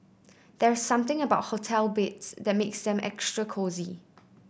there's something about hotel beds that makes them extra cosy